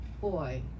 Boy